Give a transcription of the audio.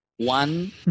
One